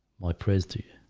my prayers to you.